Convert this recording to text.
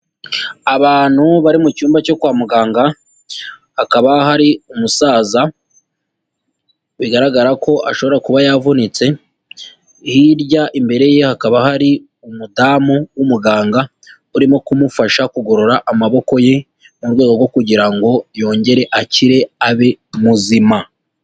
Abantu bari mu cyumba cyo kwa muganga hakaba hari umusaza bigaragara ko ashobora kuba yavunitse, hirya imbere ye hakaba hari umudamu w'umuganga urimo kumufasha kugorora amaboko ye mu rwego rwo kugira ngo yongere akire abe muzima.